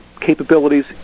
capabilities